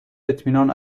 اطمینان